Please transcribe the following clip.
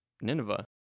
Nineveh